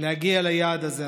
להגיע ליעד הזה.